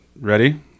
Ready